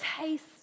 taste